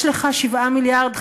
יש לך 7 מיליארד,